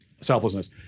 selflessness